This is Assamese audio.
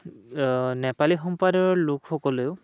নেপালী সম্প্ৰদায়ৰ লোকসকলেও